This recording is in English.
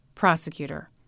Prosecutor